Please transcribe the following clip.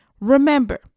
Remember